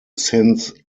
since